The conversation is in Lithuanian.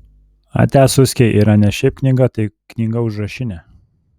atia suskiai yra ne šiaip knyga tai knyga užrašinė